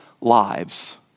lives